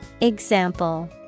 Example